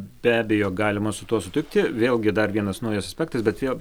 be abejo galima su tuo sutikti vėlgi dar vienas naujas aspektas bet vėl